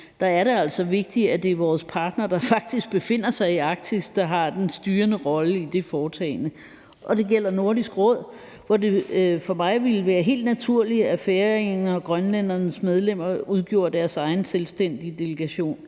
Der er det altså vigtigt, at det er vores partnere, der faktisk befinder sig i Arktis, der har den styrende rolle i det foretagende. Og det gælder Nordisk Råd, hvor det for mig ville være helt naturligt, at færingernes og grønlændernes medlemmer udgjorde deres egen selvstændige delegation.